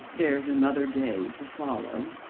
there's another day to follow,